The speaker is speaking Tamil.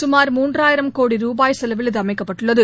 சுமார் மூன்றாயிரம் கோடி ரூபாய் செலவில் இது அமைக்கப்பட்டுள்ளது